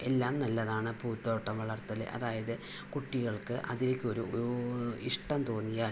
എല്ലാം നല്ലതാണ് പൂന്തോട്ടം വളർത്തല് അതായത് കുട്ടികൾക്ക് അതിലേക്ക് ഒരു ഇഷ്ട്ടം തോന്നിയാൽ